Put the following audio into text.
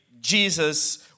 Jesus